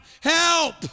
Help